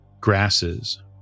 grasses